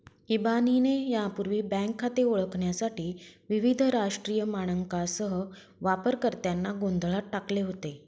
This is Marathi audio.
इबानीने यापूर्वी बँक खाते ओळखण्यासाठी विविध राष्ट्रीय मानकांसह वापरकर्त्यांना गोंधळात टाकले होते